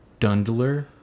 Dundler